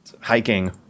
hiking